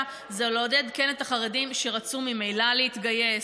זה כן לעודד את החרדים שרצו ממילא להתגייס,